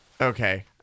Okay